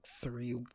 three